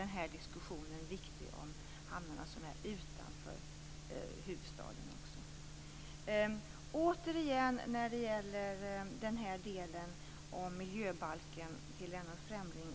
Den här diskussionen om hamnarna utanför huvudstaden är viktig även i det perspektivet. När det gäller miljöbalken vill jag återigen säga till Lennart Fremling